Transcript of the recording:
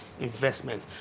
investment